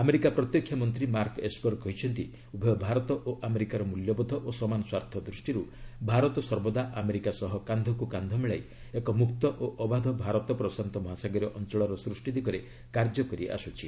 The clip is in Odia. ଆମେରିକା ପ୍ରତିରକ୍ଷା ମନ୍ତ୍ରୀ ମାର୍କ ଏସ୍ପର୍ କହିଛନ୍ତି ଉଭୟ ଭାରତ ଓ ଆମେରିକାର ମୂଲ୍ୟବୋଧ ଓ ସମାନ ସ୍ୱାର୍ଥ ଦୃଷ୍ଟିରୁ ଭାରତ ସର୍ବଦା ଆମେରିକା ସହ କାନ୍ଧକୁ କାନ୍ଧ ମିଳାଇ ଏକ ମୁକ୍ତ ଓ ଅବାଧ ଭାରତ ପ୍ରଶାନ୍ତ ମହାସାଗରୀୟ ଅଞ୍ଚଳର ସୃଷ୍ଟି ଦିଗରେ କାର୍ଯ୍ୟକରି ଆସୁଛି